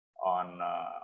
On